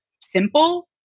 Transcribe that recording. simple